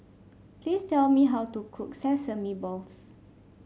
please tell me how to cook Sesame Balls